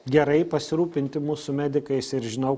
gerai pasirūpinti mūsų medikais ir žinau